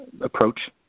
approach